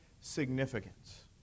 significance